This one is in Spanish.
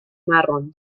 marrón